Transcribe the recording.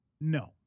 No